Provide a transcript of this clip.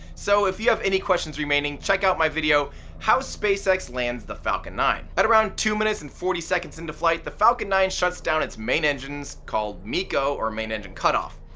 so if you have any questions remaining, check out my video how spacex lands the falcon nine. at around two minutes and forty seconds into flight, the falcon nine shuts down its main engines, called meco or main engine cut off.